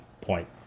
point